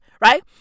right